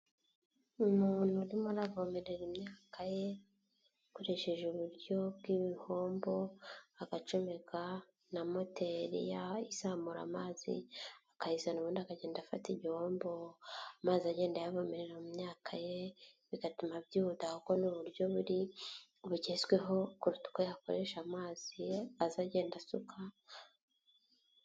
Umuntu urimo aravomerera imyaka ye akoresheje uburyo bw'ibihombo, agacomeka na moteri ya izamura amazi akayizana ubundi akagenda afata igihombo amazi agenda ayavomerera mu myaka ye bigatuma byihuta, kuko n'uburyo buri bugezweho kuruta uko yakoresha amazi aza agenda asuka.